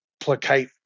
placate